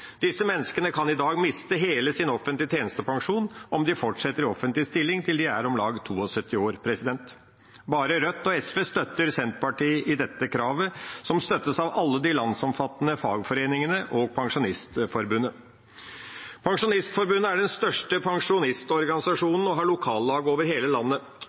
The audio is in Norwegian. Disse menneskene kan i dag miste hele sin offentlige tjenestepensjon om de fortsetter i offentlig stilling til de er om lag 72 år. Bare Rødt og SV støtter Senterpartiet i dette kravet, som støttes av alle de landsomfattende fagforeningene og Pensjonistforbundet. Pensjonistforbundet er den største pensjonistorganisasjonen og har lokallag over hele landet.